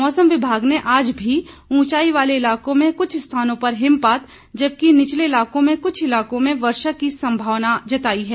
मौसम विभाग ने आज भी ऊंचाई वालो इलाकों में कुछ स्थानों पर हिमपात जबकि निचले इलाकों में क्छ इलाकों में वर्षा की संभावना जताई है